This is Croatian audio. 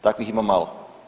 Takvih ima malo.